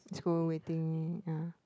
it's w~ waiting ya